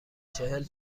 چهل